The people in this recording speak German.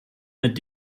mit